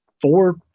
four